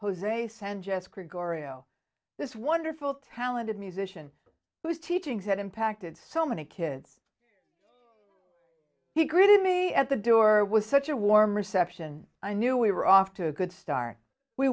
gregorio this wonderful talented musician who's teachings that impacted so many kids he greeted me at the door was such a warm reception i knew we were off to a good start we